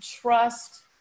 trust